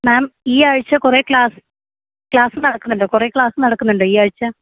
മാം ഈയാഴ്ച കുറെ class class നടക്കുന്നുണ്ടോ കുറെ ക്ലാസ് നടക്കുന്നുണ്ടോ ഈയാഴ്ച